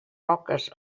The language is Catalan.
roques